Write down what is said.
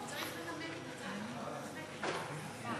לא,